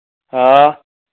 हां